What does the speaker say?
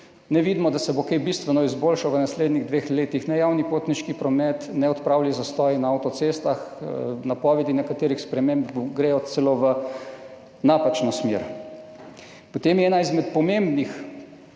ne vidimo, da se bo kaj bistveno izboljšalo v naslednjih dveh letih, ne javni potniški promet, ne bodo se odpravili zastoji na avtocestah, napovedi nekaterih sprememb gredo celo v napačno smer. Potem je en izmed pomembnih